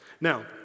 Now